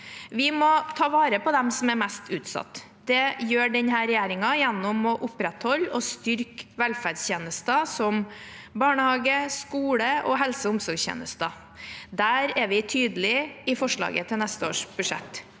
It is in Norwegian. Vi må ta vare på dem som er mest utsatt. Det gjør denne regjeringen gjennom å opprettholde og styrke velferdstjenester som barnehage, skole og helse- og omsorgstjenester. Det er vi tydelige på i forslaget til neste års budsjett.